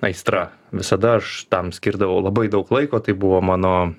aistra visada aš tam skirdavau labai daug laiko tai buvo mano